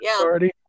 already